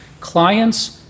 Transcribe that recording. clients